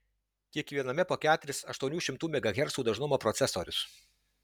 kiekviename po keturis aštuonių šimtų megahercų dažnumo procesorius